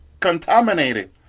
contaminated